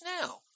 now